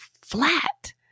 flat